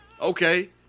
okay